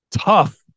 tough